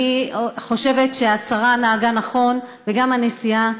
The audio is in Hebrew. אני חושבת שהשרה נהגה נכון וגם הנשיאה.